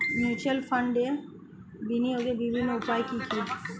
Mutual ফান্ডে বিনিয়োগের বিভিন্ন উপায়গুলি কি কি?